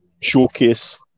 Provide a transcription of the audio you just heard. showcase